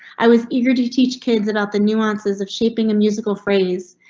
i was eager to teach kids about the nuances of shaping a musical phrase.